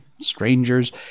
strangers